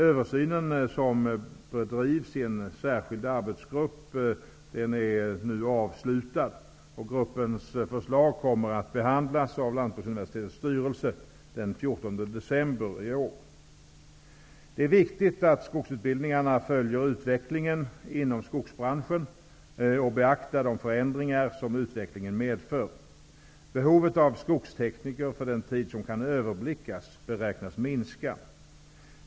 Översynen, som bedrivs i en särskild arbetsgrupp, är nu avslutad. Gruppens förslag kommer att behandlas av Lantbruksuniversitetets styrelse den Det är viktigt att skogsutbildningarna följer utvecklingen inom skogsbranschen och beaktar de förändringar som utvecklingen medför. Behovet av skogstekniker för den tid som kan överblickas beräknas minska.